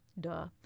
duh